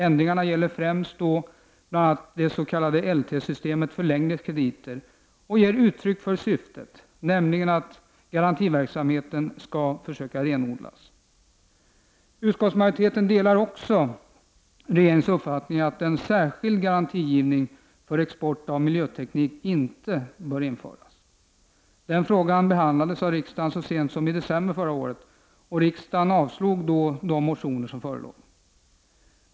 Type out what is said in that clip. Ändringarna gäller främst det s.k. LT-systemet för längre krediter och ger uttryck för syftet, nämligen att garantiverksamheten skall renodlas. Utskottsmajoriteten delar också regeringens uppfattning att en särskild garanti för export av miljöteknik inte bör införas. Den frågan behandlades av riksdagen så sent som i december förra året, och riksdagen avslog då de motioner som förelåg.